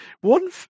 one